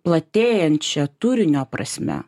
platėjančia turinio prasme